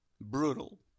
brutal